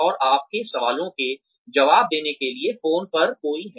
और आपके सवालों के जवाब देने के लिए फोन पर कोई है